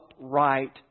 upright